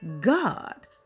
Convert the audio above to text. God